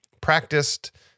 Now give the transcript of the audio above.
Practiced